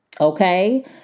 okay